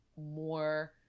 more